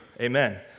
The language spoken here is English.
Amen